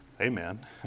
Amen